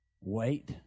Wait